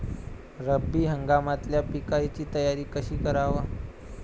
रब्बी हंगामातल्या पिकाइची तयारी कशी कराव?